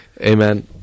Amen